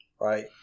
Right